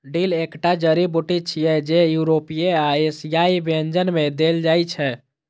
dill एकटा जड़ी बूटी छियै, जे यूरोपीय आ एशियाई व्यंजन मे देल जाइ छै